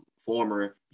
former